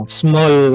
small